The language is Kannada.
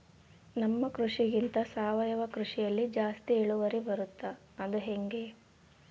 ನಮ್ಮ ಕೃಷಿಗಿಂತ ಸಾವಯವ ಕೃಷಿಯಲ್ಲಿ ಜಾಸ್ತಿ ಇಳುವರಿ ಬರುತ್ತಾ ಅದು ಹೆಂಗೆ?